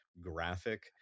graphic